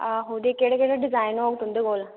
आहो ते केह्ड़े केह्ड़े डिजाइन होग तुंदे कोल